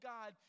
God